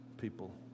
people